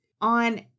On